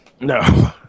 No